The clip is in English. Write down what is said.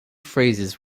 phrases